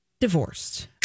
divorced